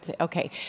Okay